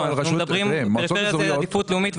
אם אתה מחריג את